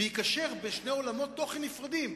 שיקשר בין שני עולמות תוכן נפרדים,